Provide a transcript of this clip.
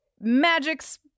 magics